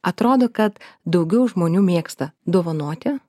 atrodo kad daugiau žmonių mėgsta dovanoti